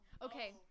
Okay